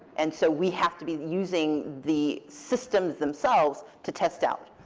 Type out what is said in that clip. and so we have to be using the systems themselves to test out.